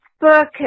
book